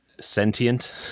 sentient